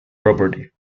property